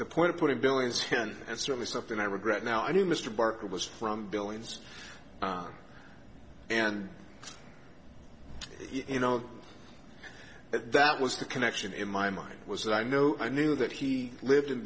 the point of putting billions hen and certainly something i regret now i knew mr barker was from billings and you know that was the connection in my mind was that i know i knew that he lived in